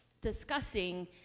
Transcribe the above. discussing